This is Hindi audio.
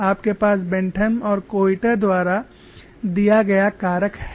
आपके पास बेंटहेम और कोइटर द्वारा दिया गया कारक है